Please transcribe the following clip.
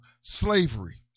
slavery